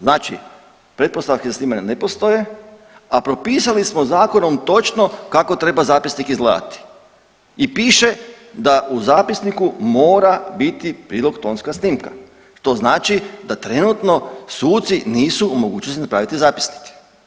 Znači pretpostavke za snimanje ne postoje, a propisali smo zakonom točno kako treba zapisnik izgledati i piše da u zapisniku mora biti prilog tonska snimka što znači da trenutno suci nisu u mogućnosti napraviti zapisnik.